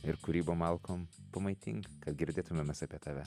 ir kūrybą malkom pamaitink kad girdėtumėm mes apie tave